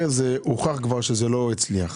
זה כבר הוכח שזה לא הצליח.